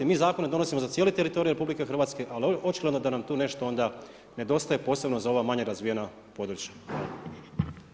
Mi zakon ne donosimo za cijeli teritorij RH, ali očigledno da nam tu nešto onda nedostaje, posebno za ova manje razvijena područja.